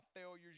failures